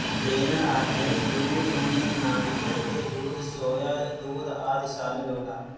पेड़ आधारित दूध में नारियल के दूध, सोया दूध आदि शामिल होला